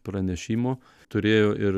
pranešimo turėjo ir